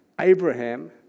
Abraham